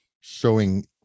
showing